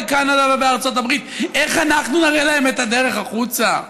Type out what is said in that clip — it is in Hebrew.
בקנדה ובארצות הברית איך אנחנו נראה להם את הדרך החוצה?